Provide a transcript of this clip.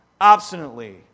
obstinately